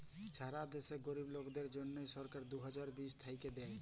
ছারা দ্যাশে গরীব লোকদের জ্যনহে সরকার দু হাজার বিশ থ্যাইকে দেই